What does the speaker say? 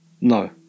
No